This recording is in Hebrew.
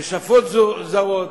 בשפות זרות.